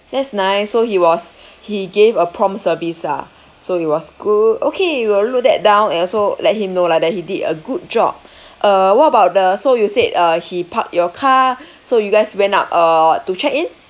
that's nice so he was he gave a prompt service ah so he was good okay we will note that down and also let him know lah that he did a good job uh what about the so you said uh he parked your car so you guys went up uh to check in